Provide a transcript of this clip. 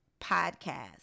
podcast